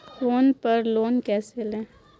Phone पर से loan कैसे लें?